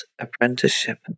apprenticeship